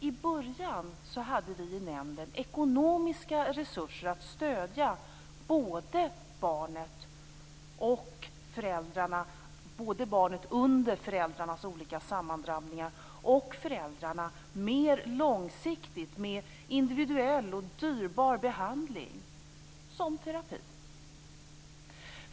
I början hade vi i nämnden ekonomiska resurser att stödja både barnet under föräldrarnas olika sammandrabbningar och föräldrarna mer långsiktigt med individuell och dyrbar behandling, t.ex. terapi.